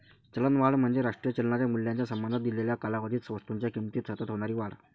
चलनवाढ म्हणजे राष्ट्रीय चलनाच्या मूल्याच्या संबंधात दिलेल्या कालावधीत वस्तूंच्या किमतीत सतत होणारी वाढ